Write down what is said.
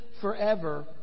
forever